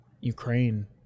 Ukraine